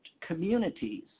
communities